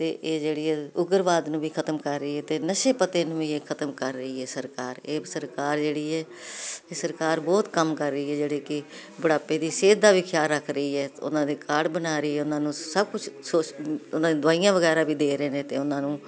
ਤੇ ਇਹ ਜਿਹੜੀ ਉਗਰਵਾਦ ਨੂੰ ਵੀ ਖਤਮ ਕਰ ਰਹੀ ਹ ਤੇ ਨਸ਼ੇ ਪਤੇ ਨੂੰ ਇਹ ਖਤਮ ਕਰ ਰਹੀ ਹ ਸਰਕਾਰ ਕੇ ਸਰਕਾਰ ਜਿਹੜੀ ਹ ਸਰਕਾਰ ਬਹੁਤ ਕੰਮ ਕਰ ਰਹੀ ਹ ਜਿਹੜੀ ਕਿ ਬੁੜਾਪੇ ਦੀ ਸਿਹਤ ਦਾ ਵੀ ਖਿਆਲ ਰੱਖ ਰਹੀ ਹੈ ਉਹਨਾਂ ਦੇ ਕਾਰਡ ਬਣਾ ਰਹੇ ਉਹਨਾਂ ਨੂੰ ਸਭ ਕੁਛ ਸੋ ਉਹਨਾਂ ਦੀ ਦਵਾਈਆਂ ਵਗੈਰਾ ਵੀ ਦੇ ਰਹੇ ਨੇ ਤੇ ਉਹਨਾਂ ਨੂੰ